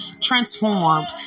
transformed